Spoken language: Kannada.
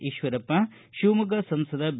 ಈಶ್ವರಪ್ಪ ಶಿವಮೊಗ್ಗ ಸಂಸದ ಬಿ